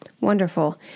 Wonderful